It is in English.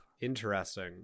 Interesting